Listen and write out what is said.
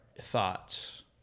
thoughts